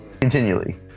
continually